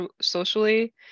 socially